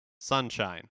Sunshine